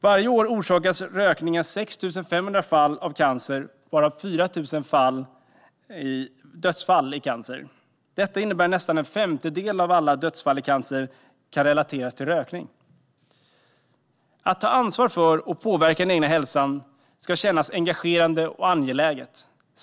Varje år orsakar rökning 6 500 fall av cancer och 4 000 dödsfall i cancer. Detta innebär att nästan en femtedel av alla dödsfall i cancer kan relateras till rökning. Att ta ansvar för och påverka den egna hälsan ska kännas engagerande och angeläget.